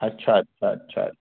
अच्छा अच्छा अच्छा